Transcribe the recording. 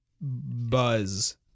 Buzz